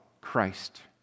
Christ